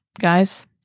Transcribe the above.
guys